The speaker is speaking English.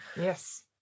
yes